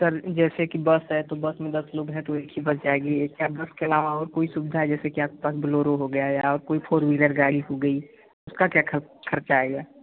sir जैसे कि bus है तो बस में दस लोग हैं तो एक ही बस जाएगी क्या बस के अलावा और कोई सुविधा है जैसे कि आपके पास बोलोरो हो गया या कोई फोर व्हीलर गाड़ी हो गई उसका क्या ख़र्च ख़र्चा आएगा